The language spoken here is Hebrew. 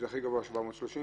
הכי גבוה זה 730?